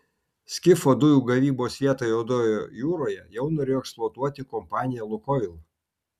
skifo dujų gavybos vietą juodojoje jūroje jau norėjo eksploatuoti kompanija lukoil